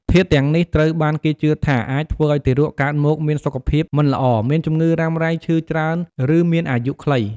ធាតុទាំងនេះត្រូវបានគេជឿថាអាចធ្វើឲ្យទារកកើតមកមានសុខភាពមិនល្អ មានជម្ងឺរ៉ាំរ៉ៃ ឈឺច្រើន ឬមានអាយុខ្លី។